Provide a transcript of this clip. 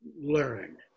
learn